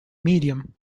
medium